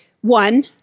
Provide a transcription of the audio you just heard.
one